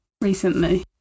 recently